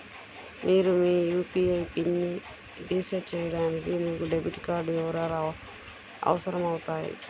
మీరు మీ యూ.పీ.ఐ పిన్ని రీసెట్ చేయడానికి మీకు డెబిట్ కార్డ్ వివరాలు అవసరమవుతాయి